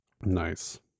Nice